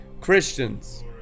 christians